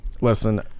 listen